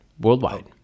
Worldwide